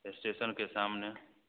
एस्टेशनके सामने